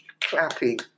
clapping